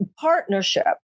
partnership